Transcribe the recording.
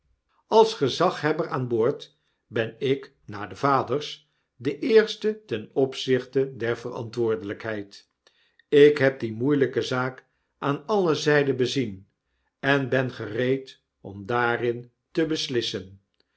als gezaghebber aan boord ben ik na de vaders de eerste ten opzichte der verantwoordelpheid ik heb die moeielpe zaak aan alle zrjden bezien en ben gereed om daarin tebeslissen